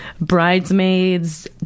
Bridesmaids